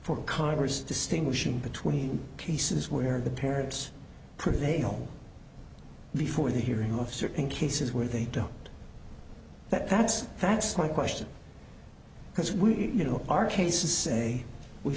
for congress distinguishing between cases where the parents prevail before the hearing of certain cases where they don't that's that's my question because we you know our cases say we